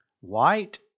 White